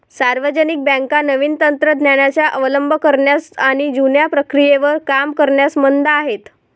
सार्वजनिक बँका नवीन तंत्र ज्ञानाचा अवलंब करण्यास आणि जुन्या प्रक्रियेवर काम करण्यास मंद आहेत